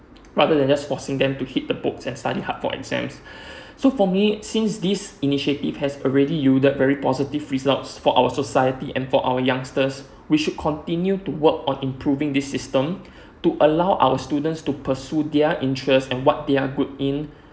rather than just forcing them to hit the book and study hard for exams so for me since this initiative has already yielded very positive results for our society and for our youngsters we should continue to work or improving this system to allow our students to pursue their interest and what they're good in